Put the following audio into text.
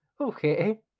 Okay